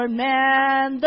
man